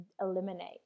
eliminate